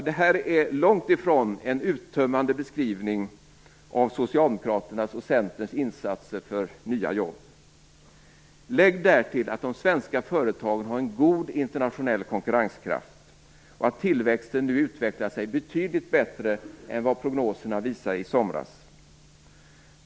Det här är långt ifrån en uttömmande beskrivning av Socialdemokraternas och Centern insatser för nya jobb. Lägg därtill att de svenska företagen har en god internationell konkurrenskraft. Tillväxten utvecklar sig betydligt bättre än vad prognoserna visade i somras.